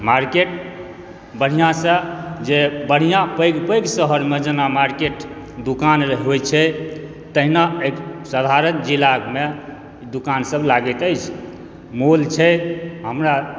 market बढ़ियासऽ जे बढ़िया पैघ पैघ शहरमे जेना मार्केट दुकान होइ छै तहिना अइ साधारण जिलामे दुकान सब लागैत अछि मोल छै हमरा